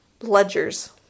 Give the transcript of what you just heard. ledgers